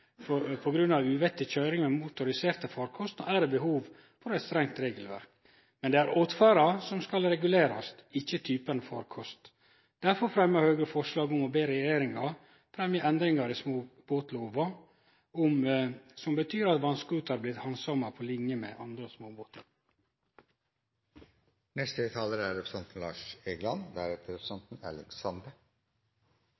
grunn av uvettig køyring med motoriserte farkostar, er det behov for eit strengt regelverk. Men det er åtferda som skal regulerast – ikkje typen farkost. Derfor fremjar Høgre forslag om å be regjeringa fremje endringar i småbåtlova som betyr at vass-scooterar blir handsama på line med andre